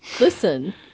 Listen